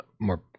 more